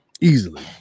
Easily